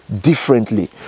differently